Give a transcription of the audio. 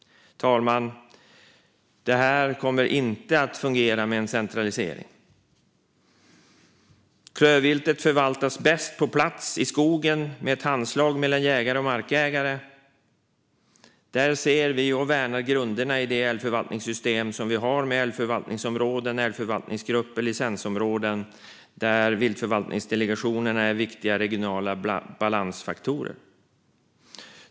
Det kommer inte att fungera med en centralisering, fru talman. Klövviltet förvaltas bäst på plats i skogen med ett handslag mellan jägare och markägare. Där ser och värnar vi grunderna i det älgförvaltningssystem vi har med älgförvaltningsområden, älgförvaltningsgrupper och licensområden där viltförvaltningsdelegationerna är viktiga regionala balansfaktorer.